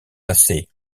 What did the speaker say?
passées